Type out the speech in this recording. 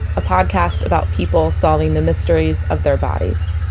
a podcast about people solving the mysteries of their bodies.